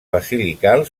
basilical